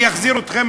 אני אחזיר אתכם,